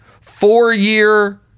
four-year